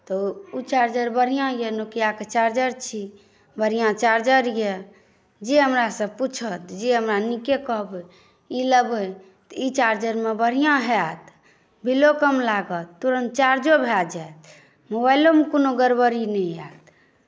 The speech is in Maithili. तऽ ओ चार्जर बढ़िआँ यए नोकियाके चार्जर छी बढ़िआँ चार्जर यए जे हमरासँ पूछत जे हमरा नीके कहबै ई लेबै तऽ ई चार्जरमे बढ़िआँ होयत बिलो कम लागत तुरन्त चार्जो भए जायत मोबाइलोमे कोनो गड़बड़ी नहि होयत